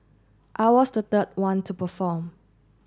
I was the the one to perform